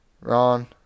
Ron